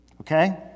okay